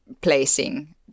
placing